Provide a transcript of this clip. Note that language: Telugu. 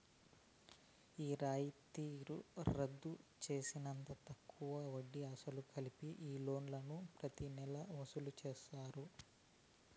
రాయితీ రద్దు తీసేసినంత తక్కువ వడ్డీ, అసలు కలిపి ఈ లోన్లు ప్రతి నెలా వసూలు చేస్తారు